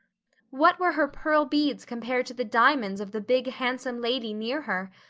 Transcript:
what were her pearl beads compared to the diamonds of the big, handsome lady near her?